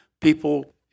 people